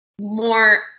more